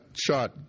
shot